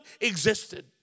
existed